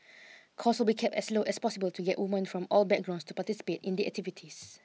cost will be kept as low as possible to get women from all backgrounds to participate in the activities